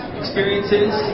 experiences